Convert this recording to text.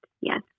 Yes